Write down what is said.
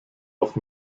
auf